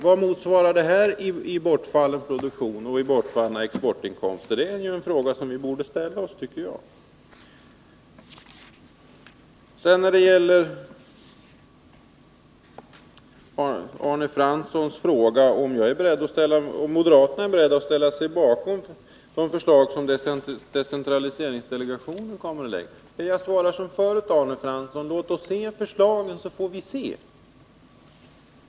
Vad motsvarar det i bortfall av produktion och uteblivna exportinkomster? Det är en fråga som vi borde ställa oss, tycker jag. På Arne Franssons återkommande fråga om moderaterna är beredda att ställa sig bakom de förslag som decentraliseringsdelegationen kommer att lägga fram svarar jag som förut: Låt oss se förslagen, så får vi ta ställning.